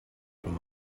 from